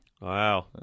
Wow